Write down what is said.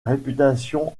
réputation